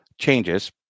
changes